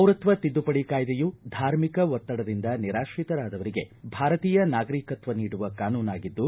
ಪೌರತ್ವ ತಿದ್ದುಪಡಿ ಕಾಯ್ದೆಯು ಧಾರ್ಮಿಕ ಒತ್ತಡದಿಂದ ನಿರಾತ್ರಿತರಾದವರಿಗೆ ಭಾರತೀಯ ನಾಗರಿಕತ್ವ ನೀಡುವ ಕಾನೂನಾಗಿದ್ದು